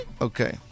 Okay